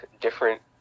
different